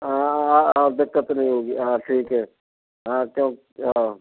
हाँ अब दिक्कत तो नहीं होगी हाँ ठीक है हाँ क्यों क्या